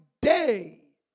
day